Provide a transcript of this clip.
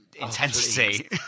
intensity